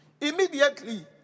Immediately